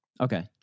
Okay